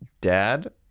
Dad